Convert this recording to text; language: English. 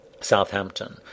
Southampton